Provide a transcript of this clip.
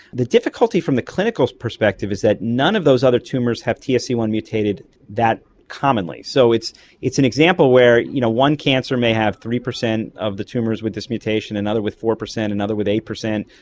the difficulty from the clinical perspective is that none of those other tumours have t s e one mutated that commonly. so it's it's an example where you know one cancer may have three percent of the tumours with this mutation, and another with four percent, another with eight percent,